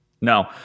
No